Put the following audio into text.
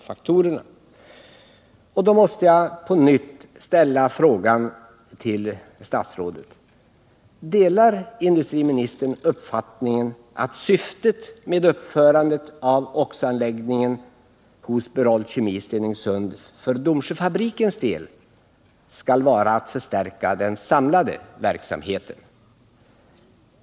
Jag måste därför på nytt ställa frågan till statsrådet: Delar industriministern uppfattningen att syftet med uppförandet av oxo-anläggningen hos Berol Kemi i Stenungsund för Domsjöfabrikens del skall vara att förstärka den samlade verksamheten?